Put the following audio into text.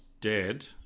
dead